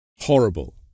horrible